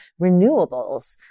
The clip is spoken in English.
renewables